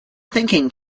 thinking